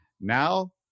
Now –